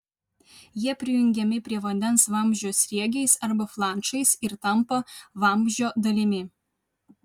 jie prijungiami prie vandens vamzdžio sriegiais arba flanšais ir tampa vamzdžio dalimi